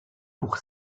pour